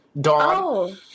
Dawn